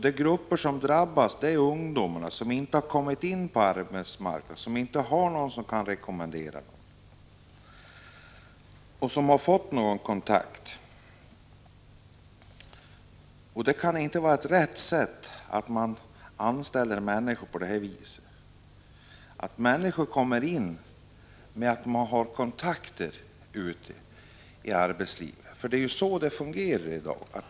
De grupper som drabbas är ungdomarna, som inte kommit in på arbetsmarknaden, som inte har någon som kan rekommendera dem eller har några kontakter. Det kan inte vara rätt att människor anställs genom att de har kontakter i arbetslivet — det är ju så det fungerar i dag.